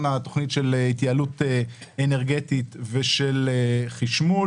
התוכנית של התייעלות אנרגטית ושל חשמול.